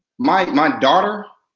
my my daughter,